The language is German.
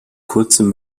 kurzem